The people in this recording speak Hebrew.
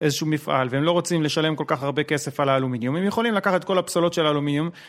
איזשהו מפעל והם לא רוצים לשלם כל כך הרבה כסף על האלומיניום הם יכולים לקחת כל הפסולות של האלומיום